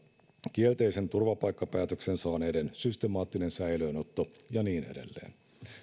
kielteisen turvapaikkapäätöksen saaneiden systemaattinen säilöönotto ja niin edelleen